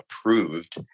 approved